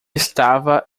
estava